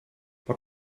but